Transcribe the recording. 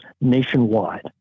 nationwide